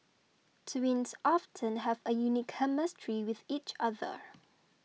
twins often have a unique chemistry with each other